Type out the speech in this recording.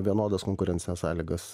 vienodas konkurencines sąlygas